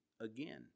Again